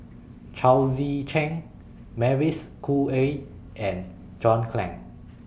Chao Tzee Cheng Mavis Khoo Oei and John Clang